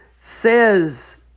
Says